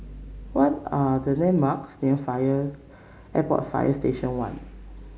what are the landmarks near Fire Airport Fire Station One